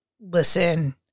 listen